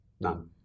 none